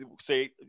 say